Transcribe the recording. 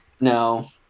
No